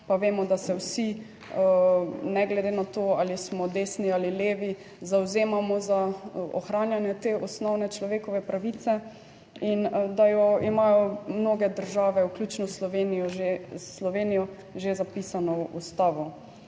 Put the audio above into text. pa vemo, da se vsi, ne glede na to ali smo desni ali levi, zavzemamo za ohranjanje te osnovne človekove pravice in da jo imajo mnoge države, vključno s Slovenijo že, s